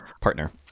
partner